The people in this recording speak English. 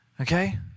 Okay